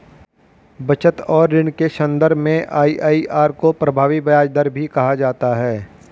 बचत और ऋण के सन्दर्भ में आई.आई.आर को प्रभावी ब्याज दर भी कहा जाता है